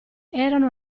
erano